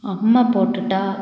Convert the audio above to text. அம்மை போட்டுட்டால்